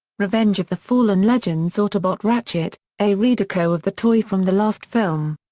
revenge of the fallen legends autobot ratchet a redeco of the toy from the last film.